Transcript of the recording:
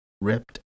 ripped